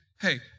hey